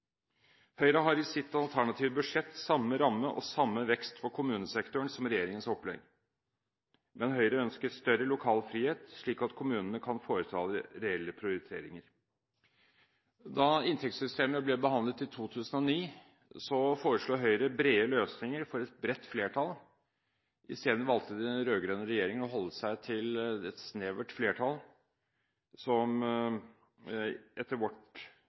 Høyre har i sitt alternative budsjett samme ramme og samme vekst for kommunesektoren som regjeringens opplegg, men Høyre ønsker større lokal frihet, slik at kommunene kan foreta reelle prioriteringer. Da inntektssystemet ble behandlet i 2009 foreslo Høyre brede løsninger for et bredt flertall. I stedet valgte den rød-grønne regjeringen å holde seg til et snevert flertall, som etter vårt